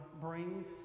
brings